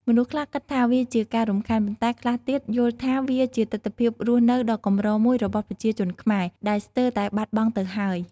មនុស្សខ្លះគិតថា វាជាការរំខាន ប៉ុន្តែខ្លះទៀត យល់ថាវាជាទិដ្ឋភាពរស់នៅដ៏កម្រមួយរបស់ប្រជាជនខ្មែរ ដែលស្ទើរតែបាត់បង់ទៅហើយ។